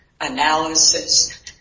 analysis